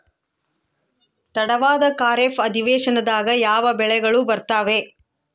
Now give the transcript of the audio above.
ತಡವಾದ ಖಾರೇಫ್ ಅಧಿವೇಶನದಾಗ ಯಾವ ಬೆಳೆಗಳು ಬರ್ತಾವೆ?